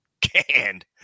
canned